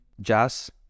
jazz